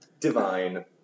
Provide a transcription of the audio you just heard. divine